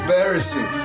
Embarrassing